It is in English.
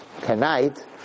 tonight